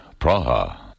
Praha